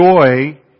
joy